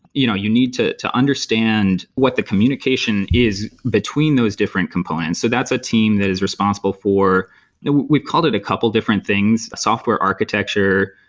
you know you need to to understand what the communication is between those different components. so that's a team that is responsible for we've called it a couple of different things, a software architecture,